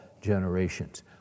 generations